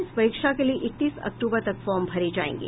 इस परीक्षा के लिए इकतीस अक्तूबर तक फॉर्म भरे जायेंगे